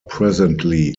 presently